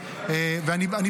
האמת,